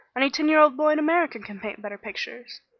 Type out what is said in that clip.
any ten-year-old boy in america can paint better pictures.